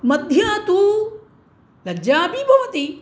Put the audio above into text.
मध्या तु लज्जापि भवति